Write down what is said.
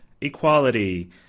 Equality